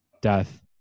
death